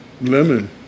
lemon